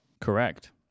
correct